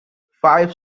five